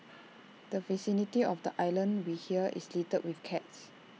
the vicinity of the island we hear is littered with cats